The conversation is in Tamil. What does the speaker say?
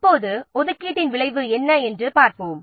இப்போது ஒதுக்கீட்டின் விளைவு என்ன என்று பார்ப்போம்